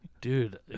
dude